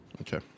Okay